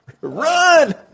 run